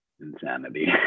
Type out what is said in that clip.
insanity